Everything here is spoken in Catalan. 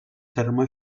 terme